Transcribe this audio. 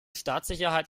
staatssicherheit